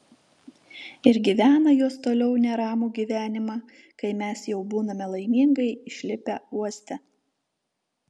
ir gyvena jos toliau neramų gyvenimą kai mes jau būname laimingai išlipę uoste